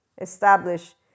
establish